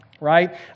right